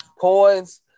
coins